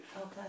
Okay